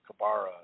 Kabara